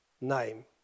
name